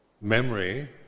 memory